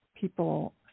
people